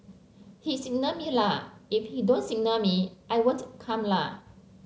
he signal me la if he don't signal me I won't come la